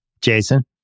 Jason